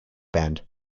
band